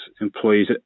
employees